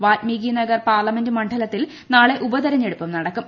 Valmiki Nagar parliament മണ്ഡലത്തിൽ നാളെ ഉപതെരഞ്ഞെടുപ്പും നടക്കും